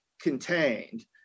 contained